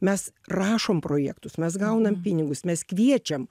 mes rašom projektus mes gaunam pinigus mes kviečiam